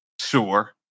sure